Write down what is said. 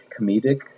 comedic